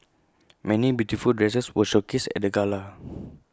many beautiful dresses were showcased at the gala